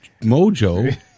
mojo